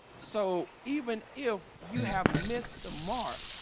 so even if you have mr mark,